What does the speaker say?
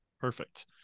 Perfect